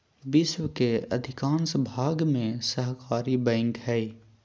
विश्व के अधिकांश भाग में सहकारी बैंक हइ